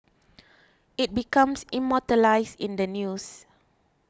it becomes immortalised in the news